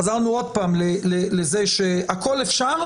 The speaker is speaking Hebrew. חזרנו עוד פעם לזה שהכל אפשר,